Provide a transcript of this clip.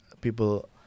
people